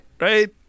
Right